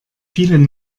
vielen